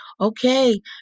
Okay